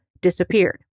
disappeared